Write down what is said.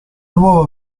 nuova